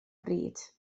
bryd